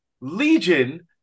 Legion